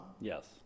Yes